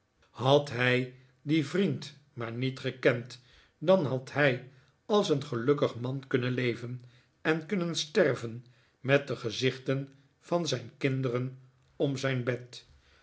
had hij dien vriend maar niet gekend dan had hij als een gehikkig man kunnen leven en kunnen sterven met de gezichten van zijn kindereii om zijn bed